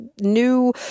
new